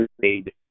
made